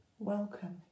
Welcome